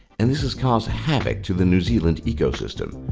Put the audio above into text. and this has caused havoc to the new zealand ecosystem.